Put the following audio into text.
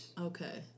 Okay